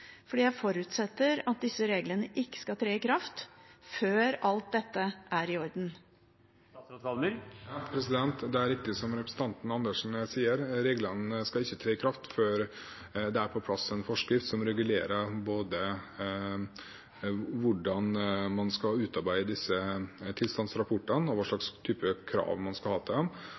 jeg forutsetter at disse reglene ikke skal tre i kraft før alt dette er i orden. Det er ikke som representanten Andersen sier: Reglene skal ikke tre i kraft før det er på plass en forskrift som både regulerer hvordan man skal utarbeide disse tilstandsrapportene, og hvilken type krav man skal ha til dem.